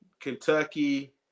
Kentucky